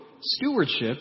stewardship